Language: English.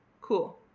Cool